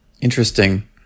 Interesting